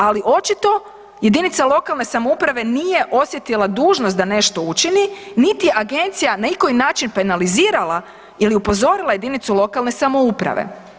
Ali očito jedinica lokalne samouprave nije osjetila dužnost da nešto učini, niti je agencija na ikoji način penalizirala ili upozorila jedinicu lokalne samouprave.